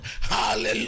Hallelujah